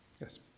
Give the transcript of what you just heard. Yes